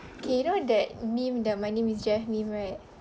okay you know that meme the my name is jeff meme right